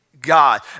God